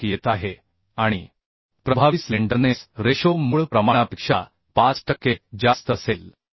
91 येत आहे आणि प्रभावी स्लेंडरनेस रेशो मूळ प्रमाणापेक्षा 5 टक्के जास्त असेल